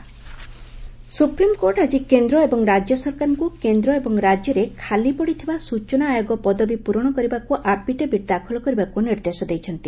SC affidavit supreme court ଆଜି କେନ୍ଦ୍ର ଏବଂ ରାଜ୍ୟ ସରକାରଙ୍କୁ କେନ୍ଦ୍ର ଏବଂ ରାଜ୍ୟରେ ଖାଲି ପଡ଼ିଥିବା ସ୍ଟଚନା ଆୟୋଗ ପଦବୀ ପୂରଣ କରିବାକୁ ଆଫିଡେଭିଟ୍ ଦାଖଲ କରିବାକୁ ନିର୍ଦ୍ଦେଶ ଦେଇଛନ୍ତି